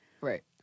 Right